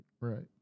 Right